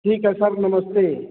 ठीक है सर नमस्ते